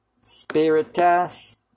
Spiritus